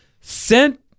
sent